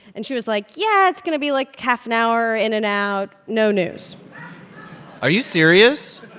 and she was like, yeah. it's going to be, like, half an hour, in and out. no news are you serious?